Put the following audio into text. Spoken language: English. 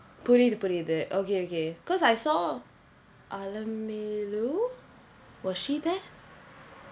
புரியுது புரியுது:puriyuthu puriyuyhu okay okay because I saw alamelu was she there